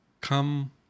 come